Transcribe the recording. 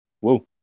Whoa